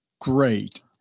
great